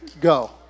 go